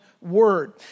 word